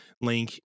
link